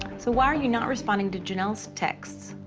so why are you not responding to jinelle's texts?